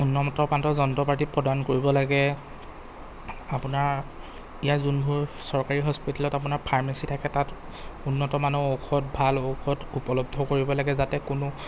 উন্নত মানদণ্ডৰ যন্ত্ৰপাতি প্ৰদান কৰিব লাগে আপোনাৰ ইয়াৰ যোনবোৰ চৰকাৰী হস্পিটেলত আপোনাৰ ফাৰ্মাচি থাকে তাত উন্নতমানৰ ঔষধ ভাল ঔষধ উপলব্ধ কৰিব লাগে যাতে কোনো